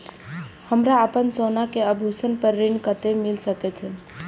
हमरा अपन सोना के आभूषण पर ऋण कते मिल सके छे?